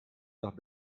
nach